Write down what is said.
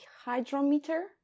hydrometer